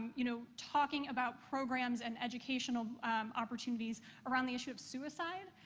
you know, talking about programs and educational opportunities around the issue of suicide.